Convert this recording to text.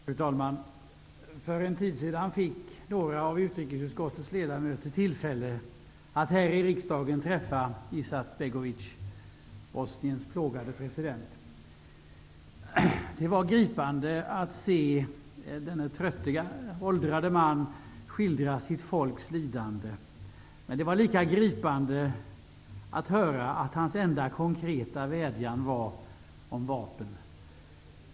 Fru talman! För en tid sedan fick några av utrikesutskottets ledamöter tillfälle att här i riksdagen träffa Izetbegovic, Bosniens plågade president. Det var gripande att se denne trötte och åldrade man skildra sitt folks lidande, men det var lika gripande att höra att hans enda konkreta vädjan gällde vapen.